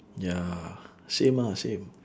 ya same ah same